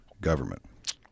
Government